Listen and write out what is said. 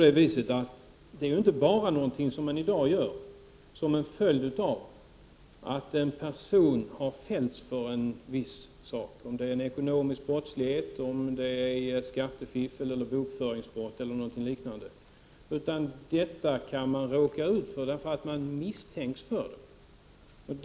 Detta är inte någonting som man gör i dag bara som en följd av att en person har fällts för en viss sak — om det är ekonomisk brottslighet, skattefiffel, bokföringsbrott eller liknande — utan man kan råka ut för det även därför att man misstänks för brott.